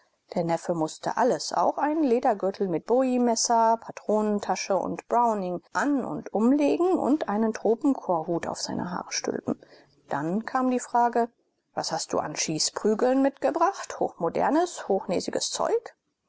der neffe mußte alles auch einen ledergürtel mit bowiemesser patronentasche und browning an und umlegen und einen tropenkorkhut auf seine haare stülpen dann kam die frage was hast du an schießprügeln mitgebracht hochmodernes hochnäsiges zeug